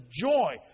joy